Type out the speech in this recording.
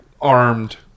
armed